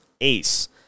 ace